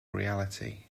reality